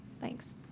Thanks